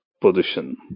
position